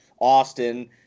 Austin